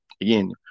Again